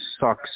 sucks